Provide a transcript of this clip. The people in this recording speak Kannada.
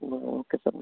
ಹ್ಞೂ ಓಕೆ ಸರ್ ಓಕೆ ಓಕೆ